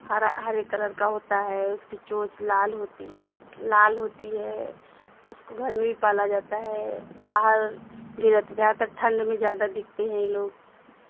ہرا ہرے کلر کا ہوتا ہے اس کی چونچ لال ہوتی لال ہوتی ہے اس کو گھر میں بھی پالا جاتا ہے باہر بھی رہتے زیادہ تر ٹھنڈ میں زیادہ دکھتے ہیں یہ لوگ